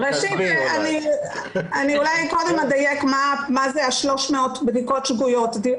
אולי אני אדייק מה זה ה-300 בדיקות שגויות.